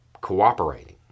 cooperating